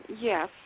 Yes